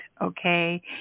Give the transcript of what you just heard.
okay